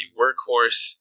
workhorse